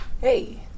hey